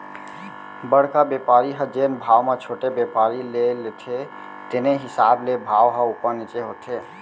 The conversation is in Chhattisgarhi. बड़का बेपारी ह जेन भाव म छोटे बेपारी ले लेथे तेने हिसाब ले भाव ह उपर नीचे होथे